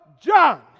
John